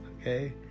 Okay